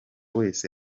wese